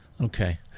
Okay